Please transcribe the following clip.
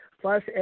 plus